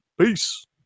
Peace